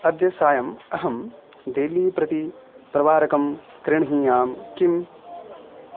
अद्य सायं अहं देल्ली प्रति प्रावारकं गृह्णीयाम् किम्